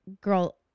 girl